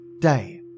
Day